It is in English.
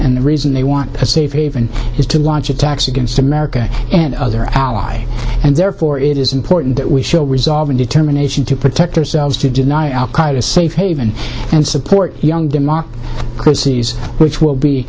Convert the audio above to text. and the reason they want a safe haven is to launch attacks against america and other ally and therefore it is important that we show resolve and determination to protect ourselves to deny al qaeda safe haven and support young democracy could seize which will be